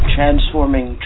Transforming